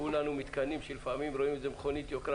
כולנו מתקנאים שלפעמים רואים איזה מכונית יוקרה